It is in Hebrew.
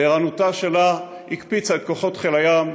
וערנותה שלה הקפיצה את כוחות חיל הים,